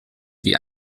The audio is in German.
die